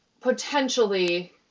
potentially